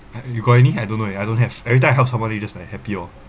you got any I don't know I don't have every time I help somebody just like happy oh